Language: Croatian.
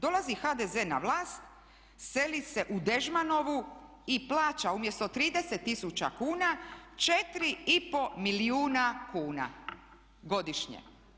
Dolazi HDZ na vlast, seli se u Dežmanovu i plaća umjesto 30 tisuća kuna 4,5 milijuna kuna godišnje.